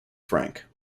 franck